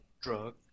drug